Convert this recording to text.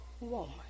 woman